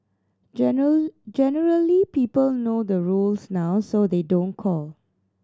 general generally people know the rules now so they don't call